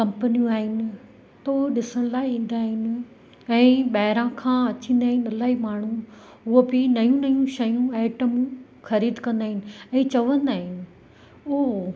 कंपनियूं आहिनि त ॾिसण लाइ ईंदा आहिनि ऐं ॿाहिरां खां अचंदा आहिनि इलाही माण्हू उहो बि नयूं नयूं शयूं आइटमूं ख़रीदु कंदा आहिनि ऐं चवंदा आहिनि उओ